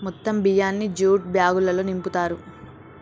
మొత్తం బియ్యాన్ని జ్యూట్ బ్యాగులల్లో నింపుతారు